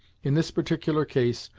in this particular case,